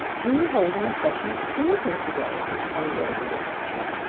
we are holding a session of school here today, explained old mother nature.